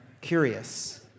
curious